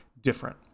different